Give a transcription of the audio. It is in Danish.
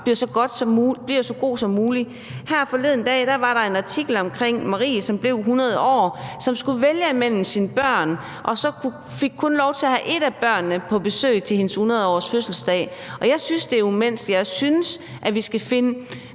bliver så god som mulig. Her forleden dag var der en artikel om Marie, som blev 100 år, og som skulle vælge mellem sine børn, og hun fik kun lov til at have et af børnene på besøg til sin 100-årsfødselsdag. Jeg synes, at det er umenneskeligt, og jeg synes, vi skal finde